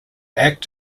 act